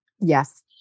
Yes